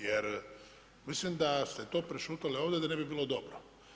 Jer mislim da ste to prešutjeli ovdje, da ne bi bilo dobro.